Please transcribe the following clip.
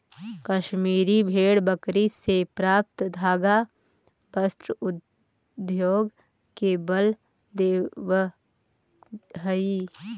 कश्मीरी भेड़ बकरी से प्राप्त धागा वस्त्र उद्योग के बल देवऽ हइ